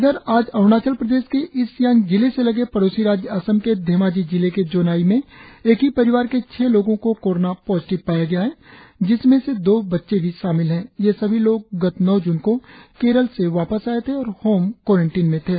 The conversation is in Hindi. इधर आज अरुणाचल प्रदेश के ईस्ट सियांग जिले से लगे पड़ोसी राज्य असम के धेमाजी जिले के जोनाई में एक ही परिवार के छह लोगों को कोरोना पॉजिटिव पाया गया है जिसमें से दो बच्चे शामिल है ये सभी लोग गत नौ जून को केरल से वापस आये थे और होम क्वारेंटिन में थे